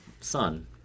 son